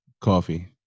coffee